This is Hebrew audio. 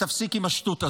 ותפסיק עם השטות הזו.